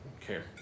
care